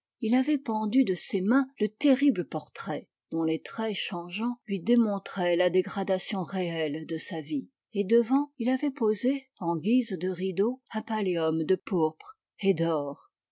il avait pendu de ses mains le terrible portrait dont les traits changeants lui démontraient la dégradation réelle de sa vie et devant il avait posé en guise de rideau un pallium de pourpre et d'or